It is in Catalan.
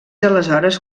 aleshores